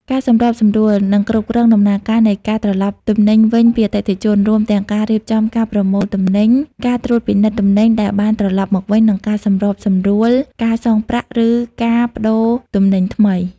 ការសម្របសម្រួល និងគ្រប់គ្រងដំណើរការនៃការត្រឡប់ទំនិញវិញពីអតិថិជន រួមទាំងការរៀបចំការប្រមូលទំនិញ ការត្រួតពិនិត្យទំនិញដែលបានត្រឡប់មកវិញ និងការសម្របសម្រួលការសងប្រាក់ ឬការប្តូរទំនិញថ្មី។